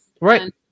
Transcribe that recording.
Right